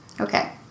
Okay